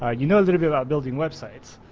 ah you know a little bit about building websites.